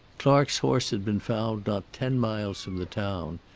clark's horse had been found not ten miles from the town,